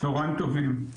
צהריים טובים,